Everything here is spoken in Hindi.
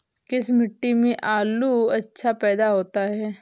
किस मिट्टी में आलू अच्छा पैदा होता है?